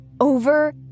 Over